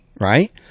right